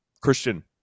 Christian